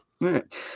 right